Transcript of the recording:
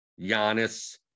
Giannis